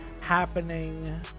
happening